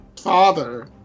father